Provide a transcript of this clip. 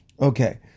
Okay